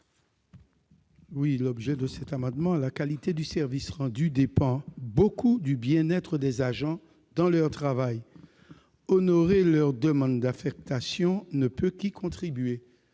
est à M. Maurice Antiste. La qualité du service rendu dépend beaucoup du bien-être des agents dans leur travail ; honorer leur demande d'affectation ne peut qu'y contribuer.